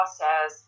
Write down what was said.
says